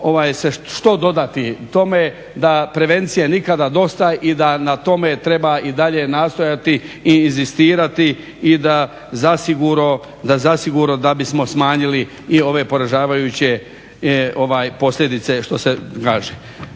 što dodati tome da prevencije nikad dosta i da na tome treba i dalje nastojati i inzistirati i da zasigurno da bi smo smanjili i ove poražavajuće posljedice što se